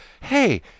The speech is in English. hey